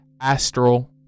astral